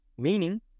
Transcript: meaning